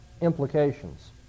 implications